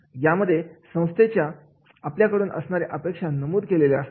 यामध्ये संस्थेच्या आपल्या कडून असणाऱ्या अपेक्षा नमूद केलेले असतात